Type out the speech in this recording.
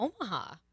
Omaha